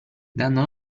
dando